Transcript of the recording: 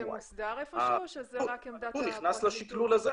הוא נכנס לשקלול הזה,